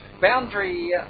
Boundary